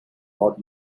not